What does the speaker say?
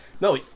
No